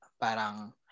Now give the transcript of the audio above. parang